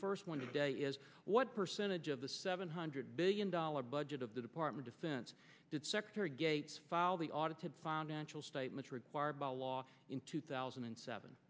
first one today is what percentage of the seven hundred billion dollars budget of the department of finance did secretary gates file the audited financial statement required by law in two thousand and seven